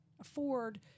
afford